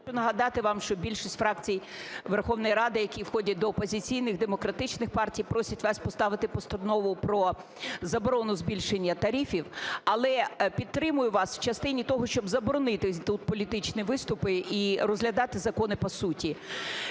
хочу нагадати вам, що більшість фракцій Верховної Ради, які входять до опозиційних, демократичних партій, просять вас поставити постанову про заборону збільшення тарифів. Але підтримую вас у частині того, щоб заборонити тут політичні виступи і розглядати закони по суті.